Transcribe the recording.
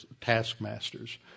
taskmasters